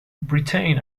britain